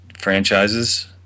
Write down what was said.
franchises